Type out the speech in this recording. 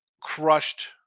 crushed